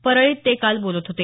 परळीत ते काल बोलत होते